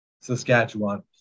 Saskatchewan